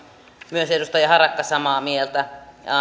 myös edustaja harakka samaa mieltä